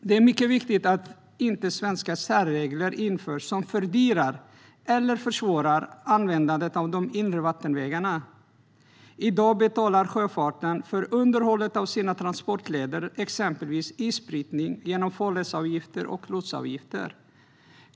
Det är mycket viktigt att svenska särregler, som fördyrar eller försvårar användandet av de inre vattenvägarna, inte införs. I dag betalar sjöfarten för underhållet av sina transportleder, exempelvis isbrytning, genom farledsavgifter och lotsavgifter.